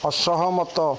ଅସହମତ